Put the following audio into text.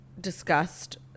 discussed